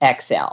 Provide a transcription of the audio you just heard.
xl